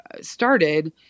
started